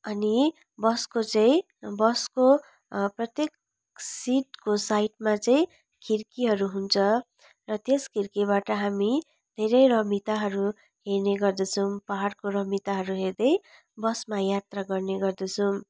अनि बसको चाहिँ बसको प्रत्येक सिटको साइडमा चाहिँ खिड्कीहरू हुन्छ र त्यस खिड्कीबाट हामी धेरै रमिताहरू हेर्ने गर्दछौँ पहाडको रमिताहरू हेर्दै बसमा यात्रा गर्ने गर्दछौँ